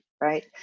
Right